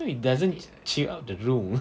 no it doesn't cheer up the room